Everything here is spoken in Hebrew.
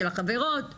של חברות ועוד.